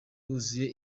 buzuye